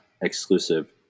exclusive